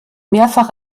mehrfach